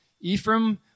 Ephraim